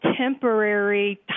temporary